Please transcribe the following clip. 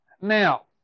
Now